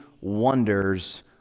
wonders